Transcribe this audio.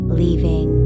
leaving